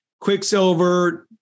Quicksilver